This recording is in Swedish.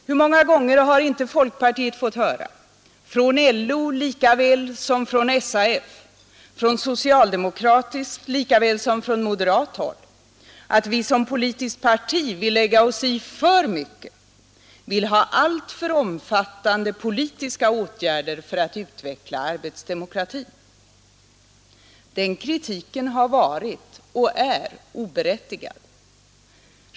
Hur många gånger har inte folkpartiet fått höra från LO likaväl som från SAF, från socialdemokratiskt likaväl som från moderat håll — att vi som politiskt Parti vill lägga oss i för mycket, vill ha alltför omfattande politiska åtgärder för att utveckla arbetsdemokratin. Den kritiken har varit och är oberättigad.